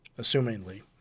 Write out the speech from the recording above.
assumingly